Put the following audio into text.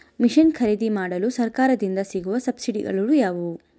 Mission ಖರೇದಿಮಾಡಲು ಸರಕಾರದಿಂದ ಸಿಗುವ ಸಬ್ಸಿಡಿಗಳು ಯಾವುವು?